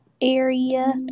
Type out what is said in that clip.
area